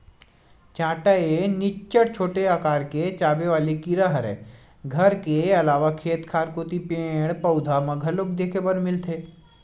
चाटा ए निच्चट छोटे अकार के चाबे वाले कीरा हरय घर के अलावा खेत खार कोती पेड़, पउधा म घलोक देखे बर मिलथे